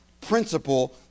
principle